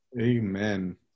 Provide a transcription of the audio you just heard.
Amen